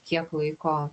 kiek laiko